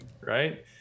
Right